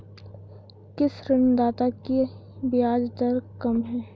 किस ऋणदाता की ब्याज दर कम है?